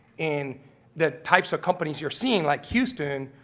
and that types of companies you're seeing like houston.